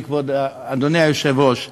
אדוני היושב-ראש,